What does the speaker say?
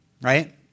right